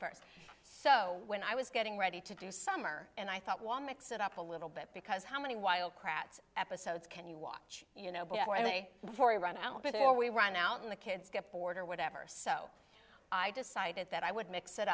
first so when i was getting ready to do summer and i thought one mix it up a little bit because how many while kratz episodes can you watch you know what i may run out before we run out and the kids get bored or whatever so i decided that i would mix it